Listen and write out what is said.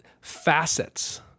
facets